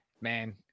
Man